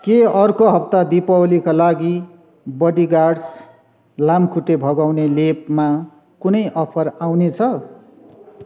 के अर्को हप्ता दीपावलीका लागि बडिगार्ड्स लामखुट्टे भगाउने लेपमा कुनै अफर आउनेछ